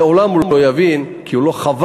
לעולם הוא לא יבין, כי הוא לא חווה.